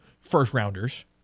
first-rounders